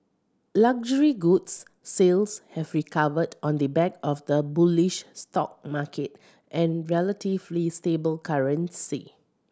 luxury goods sales have recovered on the back of the bullish stock market and relatively stable currency